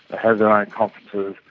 have their own conferences,